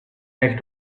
next